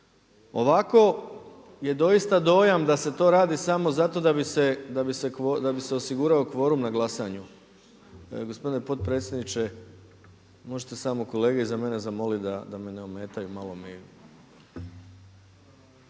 Ovako je doista dojam da se to radi samo zato da bi se osigurao kvorum na glasanju. Gospodine potpredsjedniče, možete samo kolege iza mene zamoliti da me ne ometaju, malo mi,